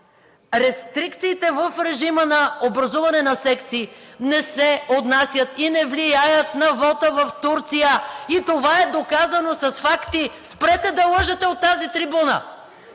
рестрикциите в режима на образуване на секции не се отнасят и не влияят на вота в Турция и това е доказано с факти! Спрете да лъжете от тази трибуна!